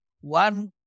One